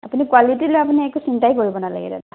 আপুনি কোৱালিটি লৈ আপুনি একো চিন্তাই কৰিব নালাগে দাদা